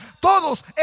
Todos